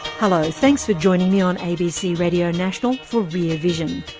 hello, thanks for joining me on abc radio national for rear vision.